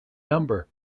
number